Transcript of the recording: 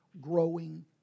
growing